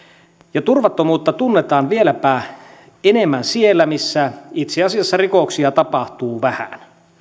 ja turvattomuutta tunnetaan vieläpä enemmän siellä missä itse asiassa rikoksia tapahtuu vähän